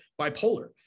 bipolar